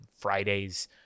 Fridays